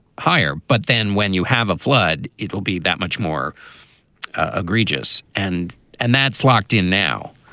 higher, but then when you have a flood, it will be that much more ah egregious. and and that's locked in now